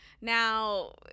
Now